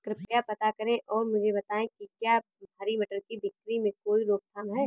कृपया पता करें और मुझे बताएं कि क्या हरी मटर की बिक्री में कोई रोकथाम है?